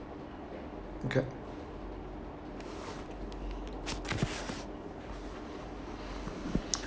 okay